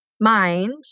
mind